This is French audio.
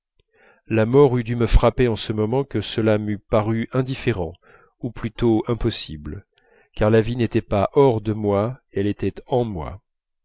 la mort eût dû me frapper en ce moment que cela m'eût paru indifférent ou plutôt impossible car la vie n'était pas hors de moi elle était en moi